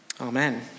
amen